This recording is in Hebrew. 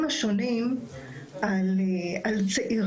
אבל אמר משרד הבריאות שבלי כל קשר הם רוצים לעבוד על חוק יותר גדול.